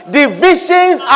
divisions